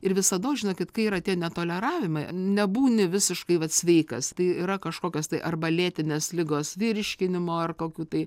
ir visados žinokit kai yra tie netoleravimai nebūni visiškai vat sveikas tai yra kažkokios tai arba lėtinės ligos virškinimo ar kokių tai